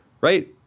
right